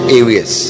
areas